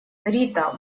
рита